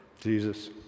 Jesus